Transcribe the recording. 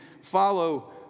follow